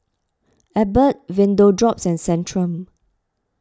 Abbott Vapodrops and Centrum